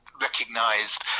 recognised